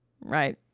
Right